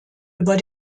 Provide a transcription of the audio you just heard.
über